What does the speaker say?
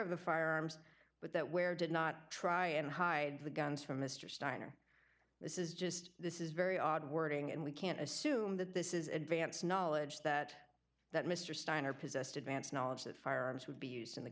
of the firearms but that where did not try and hide the guns from mr steiner this is just this is very odd wording and we can't assume that this is advance knowledge that that mr steiner possessed advance knowledge of firearms would be used in the